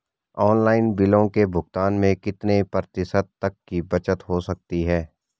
Online बिलों के भुगतान में कितने प्रतिशत तक की बचत हो सकती है?